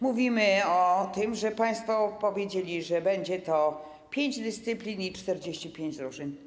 Mówimy o tym, że państwo powiedzieli, że będzie to pięć dyscyplin i 45 drużyn.